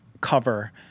cover